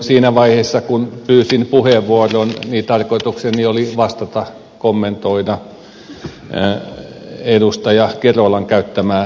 siinä vaiheessa kun pyysin puheenvuoron niin tarkoitukseni oli vastata kommentoida edustaja kerolan käyttämää puheenvuoroa